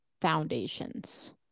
foundations